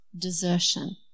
Desertion